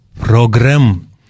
program